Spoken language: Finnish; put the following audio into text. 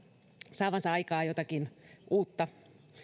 saavansa aikaan jotakin uutta